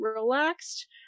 relaxed